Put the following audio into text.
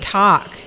talk